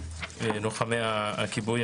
לוחמי הכיבוי,